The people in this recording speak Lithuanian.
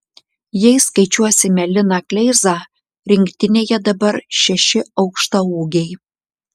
jei skaičiuosime liną kleizą rinktinėje dabar šeši aukštaūgiai